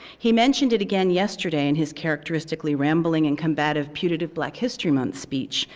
he mentioned it again yesterday in his characteristically rambling and combative, putative black history month speech,